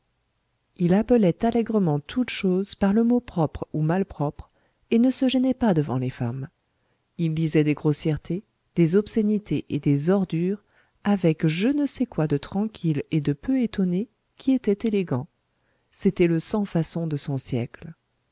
il appelait allégrement toutes choses par le mot propre ou malpropre et ne se gênait pas devant les femmes il disait des grossièretés des obscénités et des ordures avec je ne sais quoi de tranquille et de peu étonné qui était élégant c'était le sans-façon de son siècle